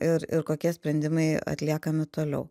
ir ir kokie sprendimai atliekami toliau